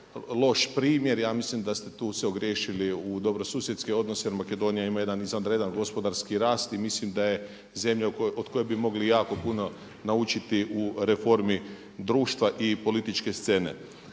loš primjer, ja mislim da ste tu se ogriješili u dobrosusjedske odnose jer Makedonija ima jedan izvanredan gospodarski rast i mislim da je zemlja od koje bi mogli jako puno naučiti u reformi društva i političke scene.